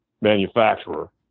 manufacturer